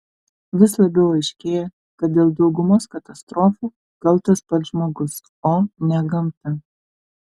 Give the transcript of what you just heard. vis labiau aiškėja kad dėl daugumos katastrofų kaltas pats žmogus o ne gamta